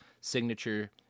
signature